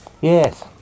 Yes